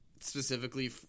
specifically